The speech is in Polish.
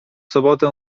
sobotę